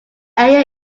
area